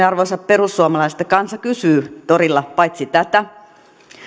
arvoisat perussuomalaiset että kansa kysyy torilla tätä